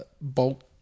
Bolt